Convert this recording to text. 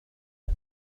هذا